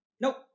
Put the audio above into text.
nope